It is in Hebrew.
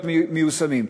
מיושמים.